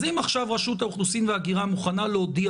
אם עכשיו רשות האוכלוסין וההגירה מוכנה להודיע